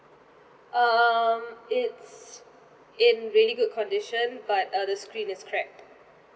um it's in really good condition but uh the screen is cracked